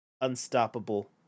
Unstoppable